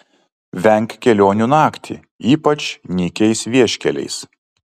venk kelionių naktį ypač nykiais vieškeliais